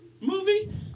movie